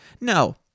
No